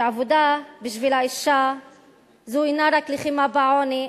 שהעבודה בשביל האשה זו אינה רק לחימה בעוני,